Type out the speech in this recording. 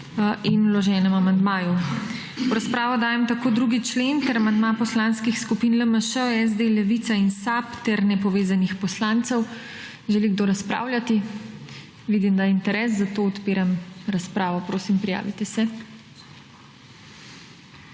in vloženemu amandmaju. V razpravo dajem tako 2. člen ter amandma poslanskih skupin LMŠ, SD, Levica in SAB ter Nepovezanih poslancev. Želi kdo razpravljati? Vidim, da je interes, zato odpiram razpravo. Prosim, prijavite se.